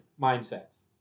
mindsets